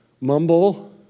Mumble